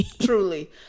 Truly